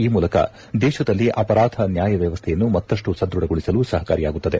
ಈ ಮೂಲಕ ದೇಶದಲ್ಲಿ ಅಪರಾಧ ನ್ವಾಯವ್ಯವಸ್ಥೆಯನ್ನು ಮತ್ತಷ್ಟು ಸದ್ವಢಗೊಳಿಸಲು ಸಹಕಾರಿಯಾಗುತ್ತದೆ